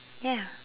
ya